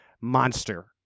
monster